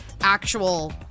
actual